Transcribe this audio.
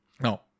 no